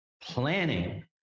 planning